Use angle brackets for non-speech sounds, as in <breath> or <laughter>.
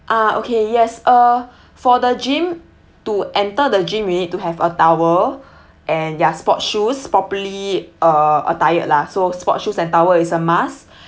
ah okay yes uh for the gym to enter the gym you need to have a towel and yeah sport shoes properly uh attired lah so sports shoes and towel is a must <breath>